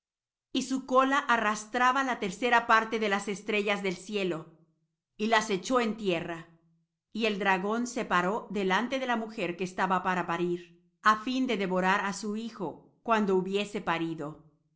y su cola arrastraba la tercera parte de las estrellas del cielo y las echó en tierra y el dragón se paró delante de la mujer que estaba para parir á fin de devorar á su hijo cuando hubiese parido